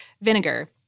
vinegar